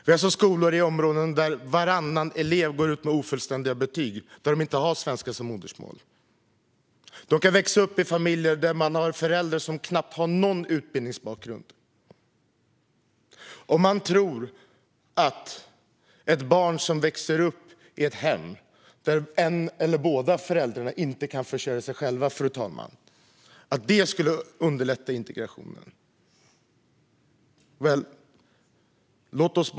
Vi har skolor i områden där varannan elev går ut med ofullständiga betyg och där de inte har svenska som modersmål. De kan växa upp i familjer där de har föräldrar som knappt har någon utbildningsbakgrund. Man tror att ett barn som växer upp i ett hem där en eller båda föräldrarna inte kan försörja sig själva skulle underlätta integrationen, fru talman.